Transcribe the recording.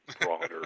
broader